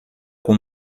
com